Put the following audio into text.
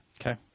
Okay